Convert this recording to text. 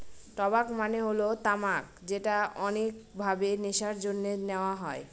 টবাক মানে হল তামাক যেটা অনেক ভাবে নেশার জন্যে নেওয়া হয়